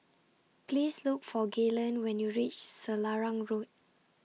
Please Look For Gaylen when YOU REACH Selarang Road